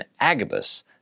Agabus